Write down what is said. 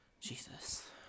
Jesus